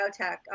Biotech